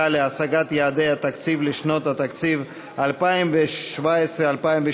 להשגת יעדי התקציב לשנות התקציב 2017 ו-2018),